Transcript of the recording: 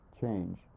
change